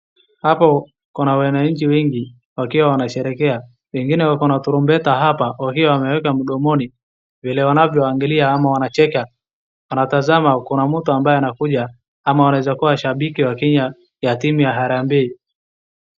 Hapa kuna wananchi wengi wakiwa wanasherehekea. Wengine wakona tarumbeta hapa wakiwa wanaweka mdomoni. Vile wanavyoangalia ama wanacheka wanatazama kuna mtu ambaye anakuja ama anaweza kuwa shambiki wa Kenya ya timu ya harambee.